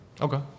Okay